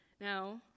Now